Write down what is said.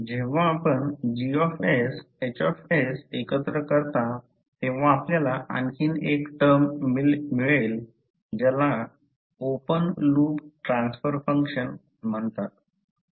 जेव्हा आपण GH एकत्र करता तेव्हा आपल्याला आणखी एक टर्म मिळेल ज्याला ओपन लूप ट्रान्सफर फंक्शन म्हणतात